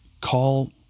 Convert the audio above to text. call